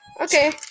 Okay